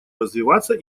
развиваться